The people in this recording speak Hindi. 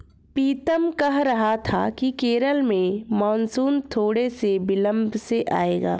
पीतम कह रहा था कि केरल में मॉनसून थोड़े से विलंब से आएगा